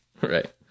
right